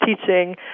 teaching